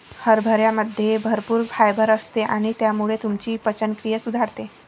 हरभऱ्यामध्ये भरपूर फायबर असते आणि त्यामुळे तुमची पचनक्रिया सुधारते